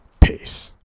Peace